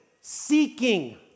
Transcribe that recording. seeking